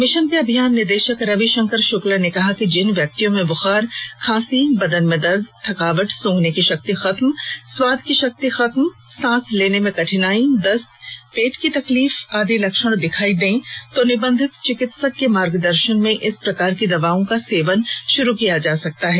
mission के अभियान निदेशक रविशंकर शुक्ला ने कहा कि जिन व्यक्तियों में बुखार खांसी बदन में दर्द थकावट सूंघने की शक्ति खत्म स्वाद की शक्ति खत्म सांस लेने में कठिनाई दस्त पेट की तकलीफ आदि लक्षण दिखाई देता है तो निबंधित चिकित्सक के मार्गदर्शन में इस प्रकार की दवाओं का सेवन प्रांरभ किया जा सकता है